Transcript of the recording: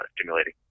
stimulating